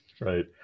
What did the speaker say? right